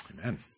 Amen